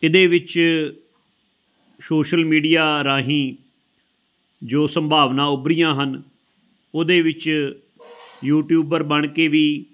ਇਹਦੇ ਵਿੱਚ social media ਰਾਹੀਂ ਜੋ ਸੰਭਾਵਨਾ ਉਭਰੀਆਂ ਹਨ ਉਹਦੇ ਵਿੱਚ ਯੂਟਿਊਬਰ ਬਣ ਕੇ ਵੀ